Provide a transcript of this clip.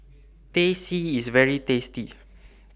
Teh C IS very tasty